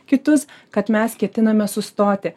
kitus kad mes ketiname sustoti